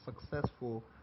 successful